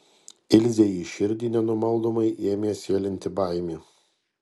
ilzei į širdį nenumaldomai ėmė sėlinti baimė